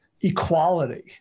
equality